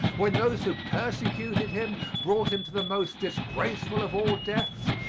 when those who persecuted him brought him to the most disgraceful of all deaths,